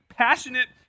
Passionate